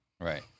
right